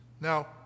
now